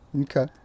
okay